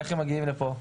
איך הם מגיעים לפה,